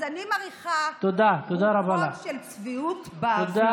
הרוחות, אז אני מריחה רוחות של צביעות באוויר.